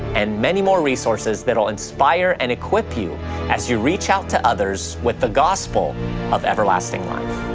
and many more resources that'll inspire and equip you as you reach out to others with the gospel of everlasting life.